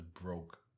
broke